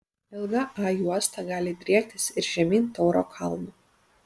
ilga a juosta gali driektis ir žemyn tauro kalnu